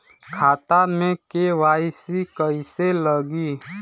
खाता में के.वाइ.सी कइसे लगी?